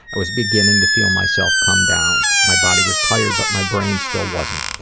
i was beginning to feel myself come down. my body was tired but my brain still wasn't.